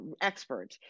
expert